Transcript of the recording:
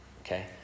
Okay